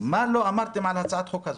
מה לא אמרתם על הצעת החוק הזאת.